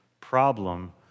problem